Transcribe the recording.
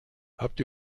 habt